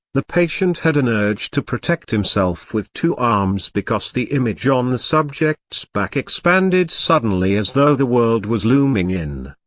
the patient had an urge to protect himself with two arms because the image on um the subject's back expanded suddenly as though the world was looming in.